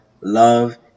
love